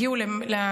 הגיעו אל המשפחה,